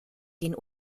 den